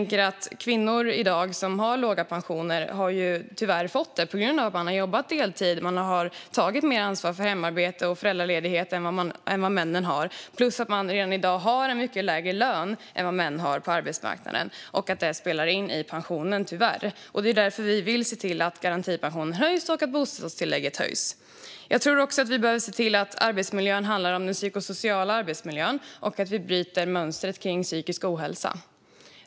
Kvinnor som i dag har låga pensioner har tyvärr fått det på grund av att de har jobbat deltid, tagit mer ansvar för hemarbete och mer föräldraledighet än männen, plus att de redan i dag har en mycket lägre lön än vad män har på arbetsmarknaden. Det spelar in för pensionen, tyvärr. Det är därför vi vill se till att garantipensionen och bostadstillägget höjs. Jag tror också att vi behöver se till att arbetsmiljön inkluderar den psykosociala arbetsmiljön och att vi bryter mönstret kring psykisk ohälsa.